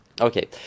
Okay